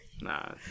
Nah